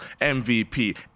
MVP